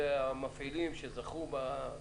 אלה המפעילים שזכו.